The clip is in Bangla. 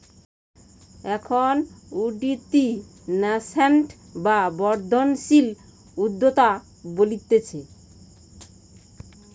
এখন উঠতি ন্যাসেন্ট বা বর্ধনশীল উদ্যোক্তা বলতিছে